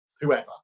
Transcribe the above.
whoever